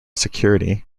security